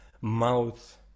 mouth